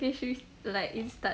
should we like start